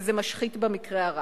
וזה משחית במקרה הרע.